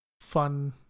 fun